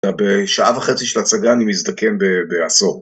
בשעה וחצי של הצגה אני מזדקן בעשור